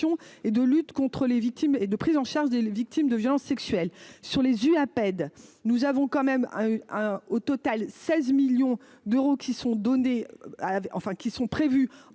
et de lutte contre les victimes et de prise en charge des les victimes de violences sexuelles sur les Apaid, nous avons quand même hein, au total 16 millions d'euros qui sont donnés à enfin qui sont prévus